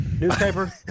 Newspaper